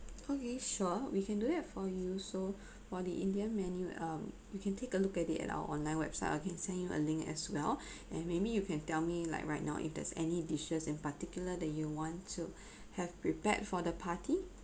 okay sure we can do that for you so for the indian menu um you can take a look at it at our online website I can send you a link as well and maybe you can tell me like right now if there's any dishes in particular that you want to have prepared for the party